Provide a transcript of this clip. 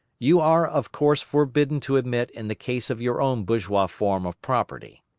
you are of course forbidden to admit in the case of your own bourgeois form of property.